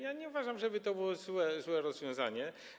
Ja nie uważam, żeby to było złe rozwiązanie.